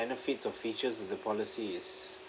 benefits or features of the policy is